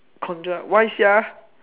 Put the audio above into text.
conjure why sia